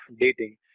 dating